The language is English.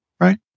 Right